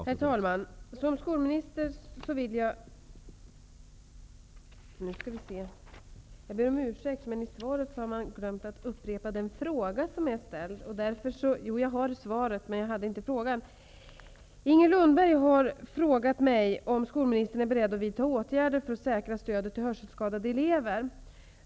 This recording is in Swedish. Herr talman! Inger Lundberg har frågat om skolministern är beredd att vidta åtgärder för att säkra stödet till hörselskadade elever.